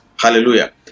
Hallelujah